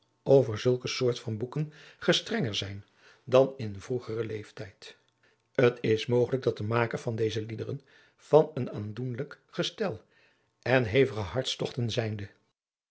over zulke soort van boeken gestrenger zijn dan in vroegeren leeftijd t is mogelijk dat de maker van deze liederen van een aandoenlijk gestel en hevige hartstogten zijnde